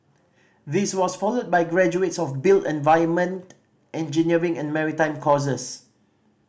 this was followed by graduates of built environment engineering and maritime courses